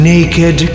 Naked